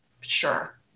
Sure